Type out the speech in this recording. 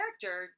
character